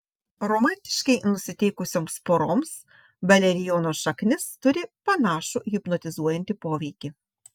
romantiškai nusiteikusioms poroms valerijono šaknis turi panašų hipnotizuojantį poveikį